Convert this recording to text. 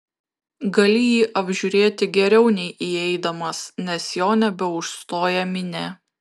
gali jį apžiūrėti geriau nei įeidamas nes jo nebeužstoja minia